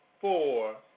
four